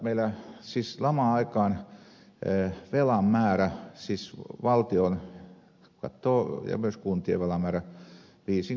meillä siis laman aikaan velan määrä siis valtion ja myös kuntien velan määrä viisinkuusinkertaistui